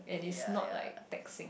yea yea